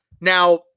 Now